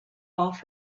off